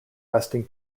resting